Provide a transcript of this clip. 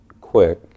quick